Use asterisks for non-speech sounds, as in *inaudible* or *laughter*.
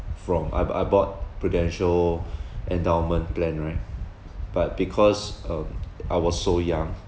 from I I bought prudential endowment plan right but because um *noise* I was so young